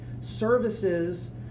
services